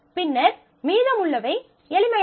பின்னர் மீதமுள்ளவை எளிமையானவை